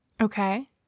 Okay